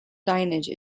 signage